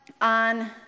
on